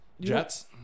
Jets